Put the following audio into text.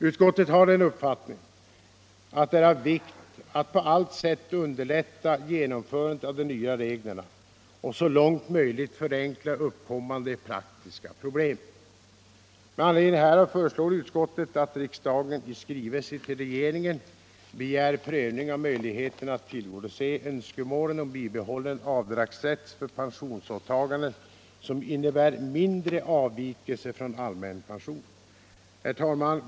Utskottet har den uppfattningen att det är av vikt att på allt sätt underlätta genomförandet av de nya reglerna och så långt möjligt förenkla uppkommande praktiska problem. Med anledning härav föreslår utskottet att riksdagen i skrivelse till regeringen begär prövning av möjligheterna till bibehållen avdragsrätt för pensionsåtaganden som innebär mindre avvikelser från allmän pension. Herr talman!